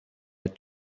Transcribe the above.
had